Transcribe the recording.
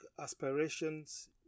aspirations